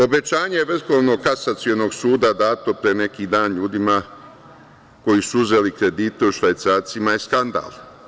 Obećanje VKS dato pre neki dan ljudima koji su uzeli kredite u švajcarcima je skandal.